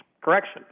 correction